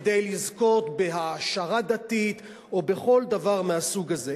כדי לזכות בהעשרה דתית או בכל דבר מהסוג הזה.